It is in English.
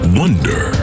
wonder